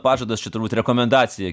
pažadas čia turbūt rekomendacija